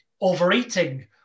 overeating